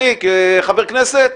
אני כחבר כנסת,